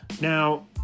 Now